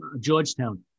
Georgetown